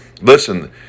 Listen